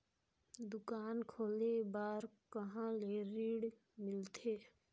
दुकान खोले बार कहा ले ऋण मिलथे?